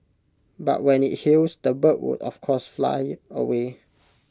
but when IT heals the bird would of course fly away